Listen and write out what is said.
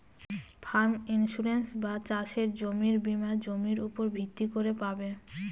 farm insurance বা চাসের জমির বীমা জমির উপর ভিত্তি করে পাবে